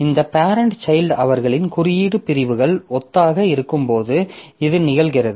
இந்த parent child அவர்களின் குறியீடு பிரிவுகள் ஒத்ததாக இருக்கும்போது இது நிகழ்கிறது